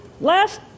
last